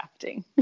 crafting